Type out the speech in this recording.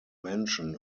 mention